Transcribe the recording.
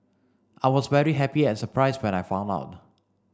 I was very happy and surprised when I found out